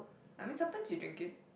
I mean sometimes you drink it